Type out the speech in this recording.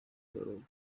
little